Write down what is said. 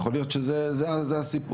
אז יכול להיות שזה יצליח ושזה הסיפור.